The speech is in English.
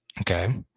okay